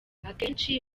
akenshi